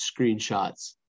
screenshots